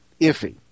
iffy